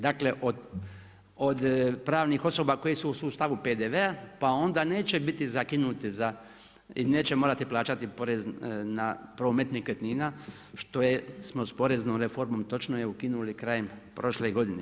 Dakle, od pravnih osoba koje su u sustavu PDV-a, pa onda neće biti zakinuti za i neće morati plaćati porez na promet nekretnina što smo s poreznom reformom točno je ukinuli krajem prošle godine.